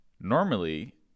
normally